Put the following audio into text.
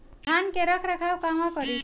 धान के रख रखाव कहवा करी?